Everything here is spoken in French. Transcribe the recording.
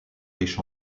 riches